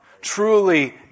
truly